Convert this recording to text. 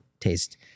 taste